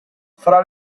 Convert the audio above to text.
fra